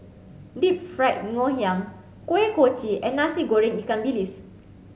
Deep Fried Ngoh Hiang Kuih Kochi and Nasi Goreng Ikan Bilis